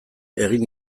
egin